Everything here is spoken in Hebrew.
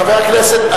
חבר הכנסת,